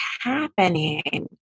happening